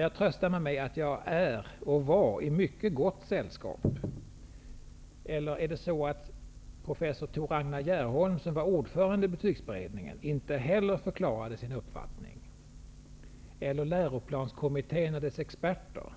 Jag tröstar mig med att jag var, och är, i mycket gott sällskap. Eller var det så att professor Tor Ragnar Gerholm som var ordförande i betygsberedningen, Läroplanskommitte n och dess experter